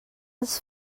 els